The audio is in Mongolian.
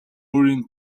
өөрийн